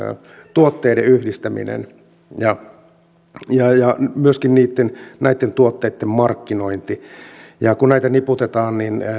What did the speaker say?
tuotteiden yhdistäminen ja ja myöskin näitten tuotteitten markkinointi kun näitä niputetaan niin